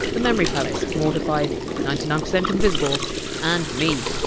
the memory palace, mortified, ninety nine percent invisible and me.